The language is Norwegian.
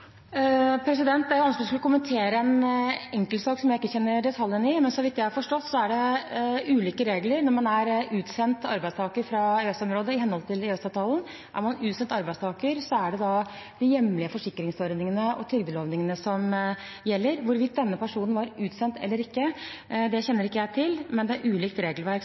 vidt jeg har forstått, er det ulike regler når man er utsendt arbeidstaker fra EØS-området i henhold til EØS-avtalen. Er man utsendt arbeidstaker, er det de hjemlige forsikringsordningene og trygdeordningene som gjelder. Hvorvidt denne personen var utsendt eller ikke, kjenner ikke jeg til, men det er ulikt regelverk